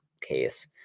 case